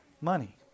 money